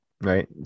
right